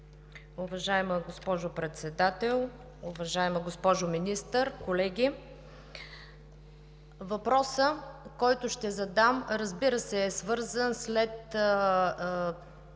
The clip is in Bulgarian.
Уважаема госпожо Председател, уважаема госпожо Министър, колеги! Въпросът, който ще задам, разбира се, е свързан с поставяне